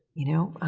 you know?